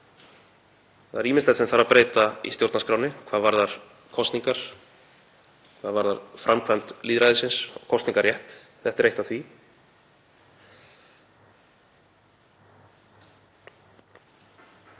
Það er ýmislegt sem þarf að breyta í stjórnarskránni hvað varðar kosningar, hvað varðar framkvæmd lýðræðisins og kosningarrétt. Þetta er eitt af því.